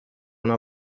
una